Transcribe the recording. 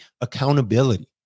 accountability